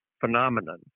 phenomenon